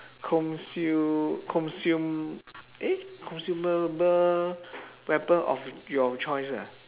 consu~ consume eh consumable weapon of your choice ah